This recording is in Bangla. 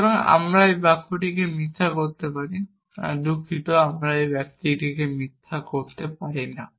সুতরাং আমরা এই বাক্যটিকে মিথ্যা করতে পারি দুঃখিত আমরা এই বাক্যটিকে মিথ্যা করতে পারি না